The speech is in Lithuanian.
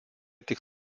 tik